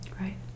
Right